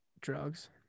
drugs